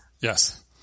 Yes